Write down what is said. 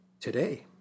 today